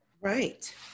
Right